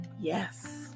yes